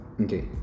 Okay